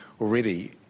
already